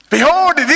Behold